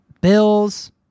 Bills